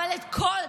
אבל את כל,